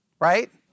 right